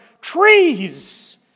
trees